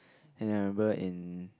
and then I remember in